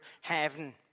heaven